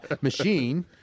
machine